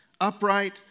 upright